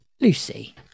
Lucy